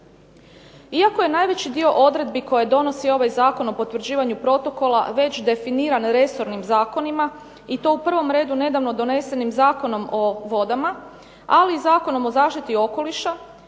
Iako je najveći dio odredbi koje donosi ovaj Zakon o potvrđivanju protokola već definiran resornim zakonima i to u prvom redu nedavno donesenim Zakonom o vodama, ali i Zakonom o zaštiti okoliša